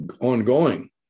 ongoing